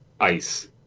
ice